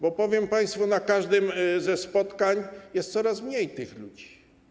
Bo powiem państwu, że na każdym ze spotkań jest coraz mniej tych ludzi.